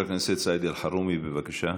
חבר הכנסת סעיד אלחרומי, בבקשה.